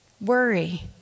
worry